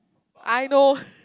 I know